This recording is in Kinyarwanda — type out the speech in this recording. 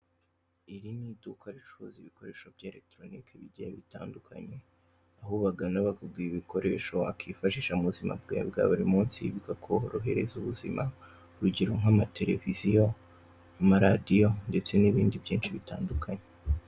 Iri niduka ricuruza ibikoresho bya eregitoronike bigiye bitandukanye aho ubagana bakaguha ibikoresho wakifashisha m'ubuzima bwawe bwa burimunsi bikakorohereza ubuzima urugero nkama televiziyo amaradiyo ndetse nibindi byinshi bitandukanye.